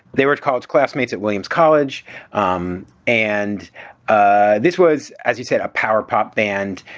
they were college classmates at williams college um and ah this was, as you said, a power pop band.